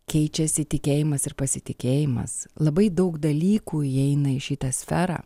keičiasi tikėjimas ir pasitikėjimas labai daug dalykų įeina į šitą sferą